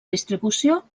distribució